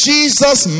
Jesus